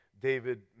David